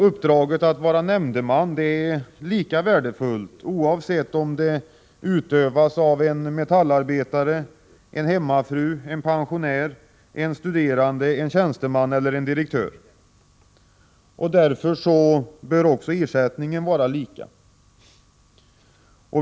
Uppdraget att vara nämndeman är lika värdefullt oavsett om det utövas av en metallarbetare, en hemmafru, en pensionär, en studerande, en tjänsteman eller en direktör. Därför bör också ersättningen vara lika.